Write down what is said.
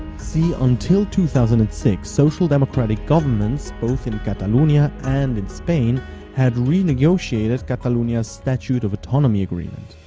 see, until two thousand and six social democratic governments both in cataluna ah and and spain had renegotiated cataluna's statute of autonomy agreement.